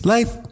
Life